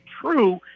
true